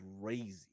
crazy